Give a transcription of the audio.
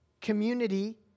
community